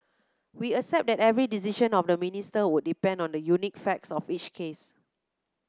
we accept that every decision of the Minister would depend on the unique facts of each case